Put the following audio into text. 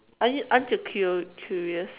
I mean aren't you cur~ curious